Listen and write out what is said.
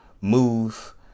move